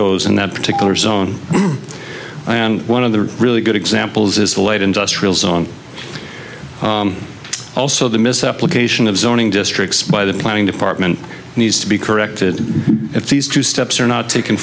goes in that particular zone one of the really good examples is the late industrial zone also the misapplication of zoning districts by the planning department needs to be corrected if these two steps are not taken